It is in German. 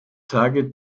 tage